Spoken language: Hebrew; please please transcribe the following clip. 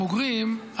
הבוגרים,